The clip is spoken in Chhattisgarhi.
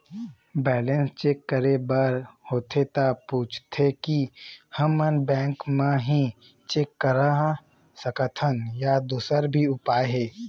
बैलेंस चेक करे बर आथे ता पूछथें की हमन बैंक मा ही चेक करा सकथन या दुसर भी उपाय हे?